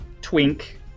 Twink